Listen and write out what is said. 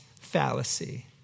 fallacy